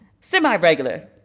semi-regular